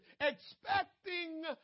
expecting